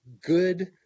good